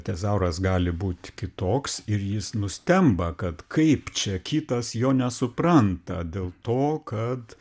tezauras gali būt kitoks ir jis nustemba kad kaip čia kitas jo nesupranta dėl to kad